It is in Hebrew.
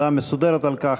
הודעה מסודרת על כך,